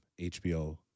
hbo